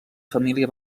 família